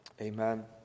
Amen